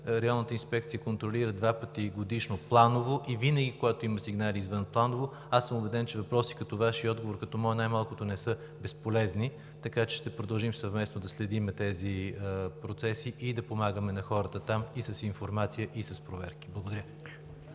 Районната инспекция контролира два пъти годишно планово и винаги, когато има сигнали извънпланово, аз съм убеден, че въпроси като Вашия и отговор като моя най-малкото не са безполезни, така че ще продължим съвместно да следим тези процеси и да помагаме на хората там – и с информация, и с проверки. Благодаря.